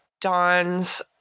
Dawn's